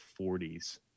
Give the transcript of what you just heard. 40s